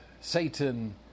Satan